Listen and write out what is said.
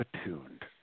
attuned